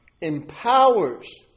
empowers